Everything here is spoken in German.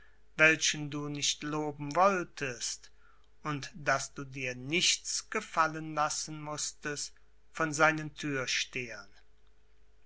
welchen du nicht loben wolltest und daß du dir nichts gefallen lassen mußtest von seinen